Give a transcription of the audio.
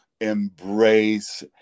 embrace